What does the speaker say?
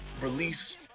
release